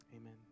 amen